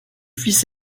fils